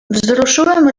wzruszyłem